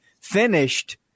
finished